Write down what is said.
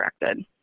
directed